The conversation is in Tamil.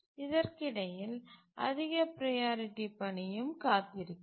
இதற்கிடையில் அதிக ப்ரையாரிட்டி பணியும் காத்திருக்கிறது